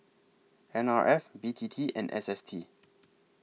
N R F B T T and S S T